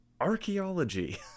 archaeology